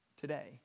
today